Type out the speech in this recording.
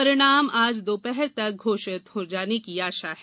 परिणाम आज दोपहर तक घोषित हो जाने की आशा है